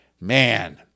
man